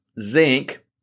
zinc